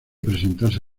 presentarse